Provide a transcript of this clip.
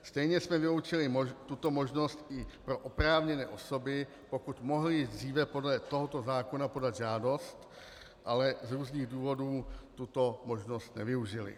Stejně jsme vyloučili tuto možnost i pro oprávněné osoby, pokud mohly dříve podle tohoto zákona podat žádost, ale z různých důvodů tuto možnost nevyužily.